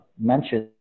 mentioned